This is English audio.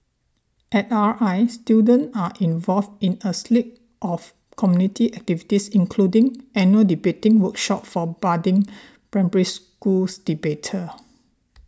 at R I students are involved in a slew of community activities including annual debating workshops for budding Primary Schools debaters